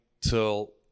till